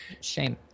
Shame